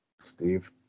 Steve